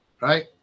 right